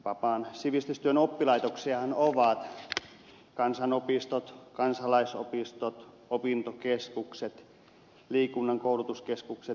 vapaan sivistystyön oppilaitok siahan ovat kansanopistot kansalaisopistot opintokeskukset liikunnan koulutuskeskukset ja kesäyliopistot